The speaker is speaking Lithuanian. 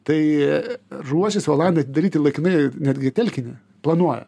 tai ruošiasi olandai atidaryti laikinai netgi talkinį planuoja